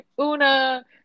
Una